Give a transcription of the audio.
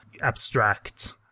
abstract